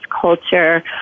culture